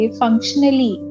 functionally